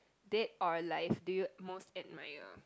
dead or alive do you most admire